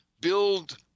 build